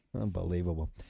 Unbelievable